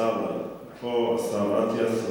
השר אטיאס.